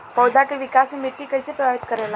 पौधा के विकास मे मिट्टी कइसे प्रभावित करेला?